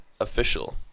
official